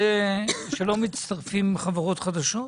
שלא מצטרפים חברות חדשות?